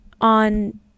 on